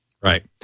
Right